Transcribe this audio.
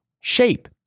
shape